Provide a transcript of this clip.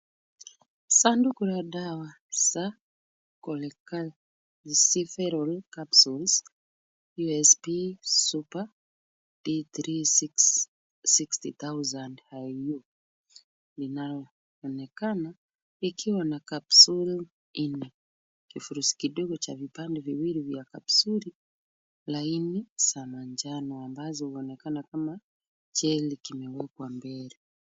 Sanduku la dawa za Cholecalciferol capsules USP SUPER D3 sixty thousand IU inayoonekana ikiwa na kapsuli nne. Kifurushi kidogo cha vipande viwili vya kapsuli laini za manjano ambazo huonekana kama gel kimewekwa mbele.